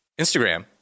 Instagram